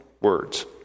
words